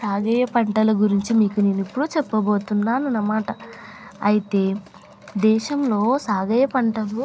సాగ పంటల గురించి మీకు నేను ఇప్పుడు చెప్పబోతున్నాను అన్నమాట అయితే దేశంలో సాగు పంటలు